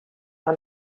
are